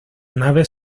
naves